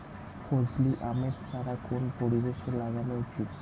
ফজলি আমের চারা কোন পরিবেশে লাগানো উচিৎ?